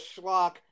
schlock